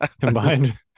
combined